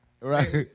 Right